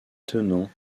tenants